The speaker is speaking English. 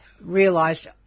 realised